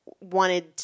wanted